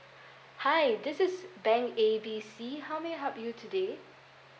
hi this is bank A B C how may I help you today